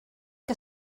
que